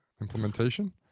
implementation